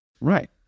Right